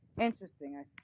interesting